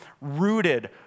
rooted